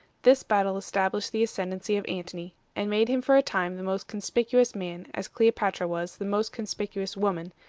this battle established the ascendency of antony, and made him for a time the most conspicuous man, as cleopatra was the most conspicuous woman,